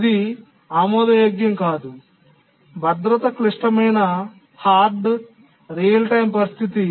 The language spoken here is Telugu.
ఇది ఆమోదయోగ్యం కాదు భద్రత క్లిష్టమైన హార్డ్ రియల్ టైమ్ పరిస్థితి